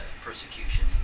persecution